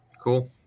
Cool